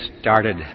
started